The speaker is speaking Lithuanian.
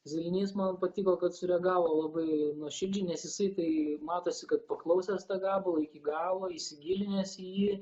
zilnys man patiko kad sureagavo labai nuoširdžiai nes jisai tai matosi kad paklausęs to gabalo iki galo įsigilinęs į jį